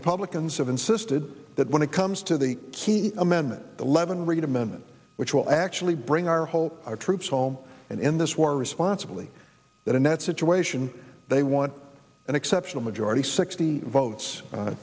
republicans have insisted that when it comes to the key amendment eleven read amendment which will actually bring our whole troops home and in this war responsibly that annet situation they want an exceptional majority sixty votes